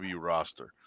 roster